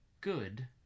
good